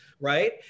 right